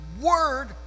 word